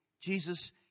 Jesus